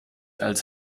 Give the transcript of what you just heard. als